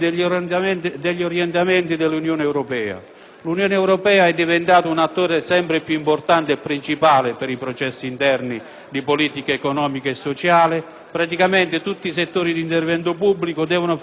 dell'Unione europea, che rappresenta un attore sempre più importante e principale nei processi interni di politica economica e sociale. Tutti i settori di intervento pubblico devono fare i conti con vincoli o opportunità